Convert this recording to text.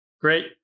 Great